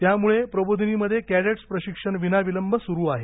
त्यामुळे प्रबोधिनी मध्ये कॅडेटस प्रशिक्षण विनाविलंब सुरू आहे